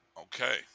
Okay